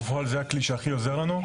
לנו, לפחות, זה הכלי שהכי עוזר לנו.